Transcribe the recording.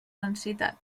densitat